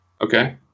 Okay